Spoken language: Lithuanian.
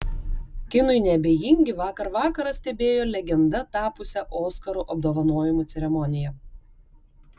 kinui neabejingi vakar vakarą stebėjo legenda tapusią oskarų apdovanojimų ceremoniją